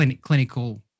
clinical